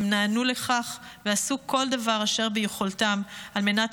הם נענו לכך ועשו כל דבר אשר ביכולתם על מנת